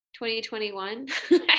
2021